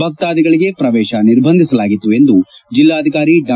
ಭಕ್ತಾದಿಗಳಿಗೆ ಪ್ರವೇಶ ನಿರ್ಬಂಧಿಸಲಾಗಿತ್ತು ಎಂದು ಜಿಲ್ಲಾಧಿಕಾರಿ ಡಾ